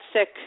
sick